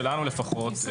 שלנו לפחות,